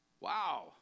wow